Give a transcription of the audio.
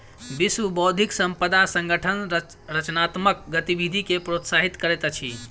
विश्व बौद्धिक संपदा संगठन रचनात्मक गतिविधि के प्रोत्साहित करैत अछि